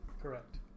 Correct